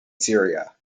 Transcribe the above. syria